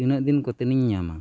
ᱛᱱᱟᱹᱜ ᱫᱤᱱ ᱠᱚᱛᱮ ᱤᱧ ᱧᱟᱢᱟ